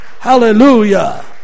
hallelujah